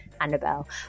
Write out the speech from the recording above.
Annabelle